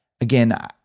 again